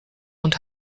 und